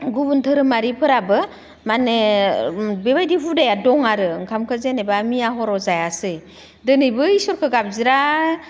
गुबुन धोरोमारिफोराबो माने बेबायदि हुदाया दं आरो ओंखामखो जेनेबा मैया हराव जायासै दिनै बै इसोरखो गाबज्रियागौमानि